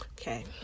Okay